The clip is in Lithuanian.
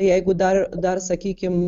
jeigu dar dar sakykim